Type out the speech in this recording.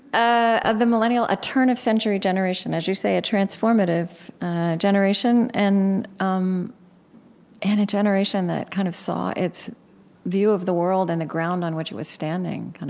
the millennial a turn-of-century generation, as you say, a transformative generation, and um and a generation that kind of saw its view of the world and the ground on which it was standing